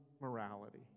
morality